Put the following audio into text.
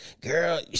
girl